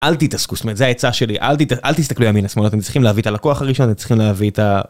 אל תתעסקו זאת אומרת זה ההצעה שלי אל תתעסק אל תסתכלו ימינה שמאלה אתם צריכים להביא את הלקוח הראשון אתם צריכים להביא את ה...